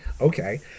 Okay